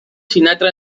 sinatra